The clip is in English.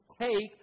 take